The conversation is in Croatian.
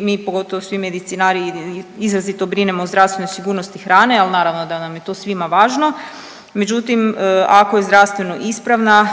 mi pogotovo svi medicinari izrazito brinemo o zdravstvenoj sigurnosti hrane, al naravno da nam je to svima važno, međutim ako je zdravstveno ispravna